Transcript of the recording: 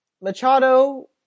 Machado